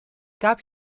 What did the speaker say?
gab